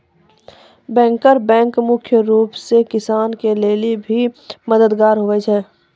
banker bank मुख्य रूप से किसान के लेली भी मददगार हुवै छै